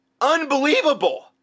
Unbelievable